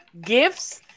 gifts